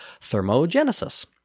thermogenesis